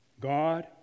God